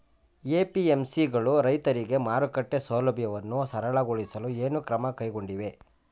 APMC ಗಳು ರೈತರಿಗೆ ಮಾರುಕಟ್ಟೆ ಸೌಲಭ್ಯವನ್ನು ಸರಳಗೊಳಿಸಲು ಏನು ಕ್ರಮ ಕೈಗೊಂಡಿವೆ?